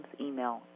email